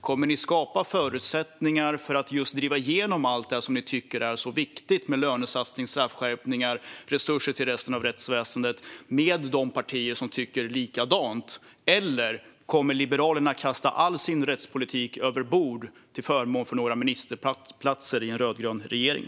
Kommer ni att skapa förutsättningar för att driva igenom allt det som ni tycker är så viktigt, inklusive lönesatsningar, straffskärpningar och resurser till resten av rättsväsendet, tillsammans med de partier som tycker likadant, eller kommer Liberalerna att kasta all sin rättspolitik över bord till förmån för några ministerplatser i en rödgrön regering?